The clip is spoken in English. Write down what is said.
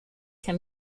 can